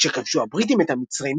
כשכבשו הבריטים את המצרים,